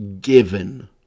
given